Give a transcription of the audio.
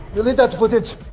delete that footage